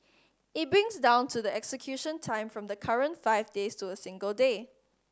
it brings down to the execution time from the current five days to a single day